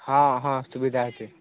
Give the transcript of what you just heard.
ହଁ ହଁ ସୁବିଧା ଅଛି